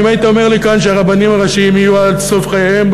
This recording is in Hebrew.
אם היית אומר לי כאן שהרבנים הראשיים יהיו עד סוף חייהם,